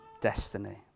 destiny